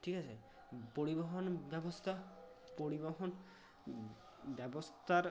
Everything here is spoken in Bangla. ঠিক আছে পরিবহন ব্যবস্থা পরিবহন ব্যবস্থার